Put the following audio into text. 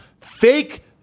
Fake